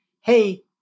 hey